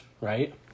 right